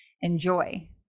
Enjoy